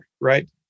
right